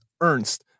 Ernst